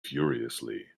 furiously